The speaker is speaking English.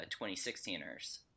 2016ers